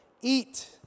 eat